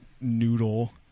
noodle